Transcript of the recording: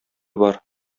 бар